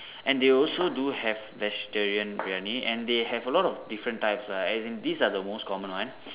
and they also do have vegetarian Briyani and they have a lot of different types lah as in these are the most common one